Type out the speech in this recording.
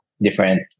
different